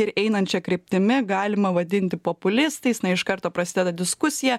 ir einančia kryptimi galima vadinti populistais na iš karto prasideda diskusija